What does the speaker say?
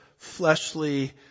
fleshly